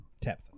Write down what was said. tap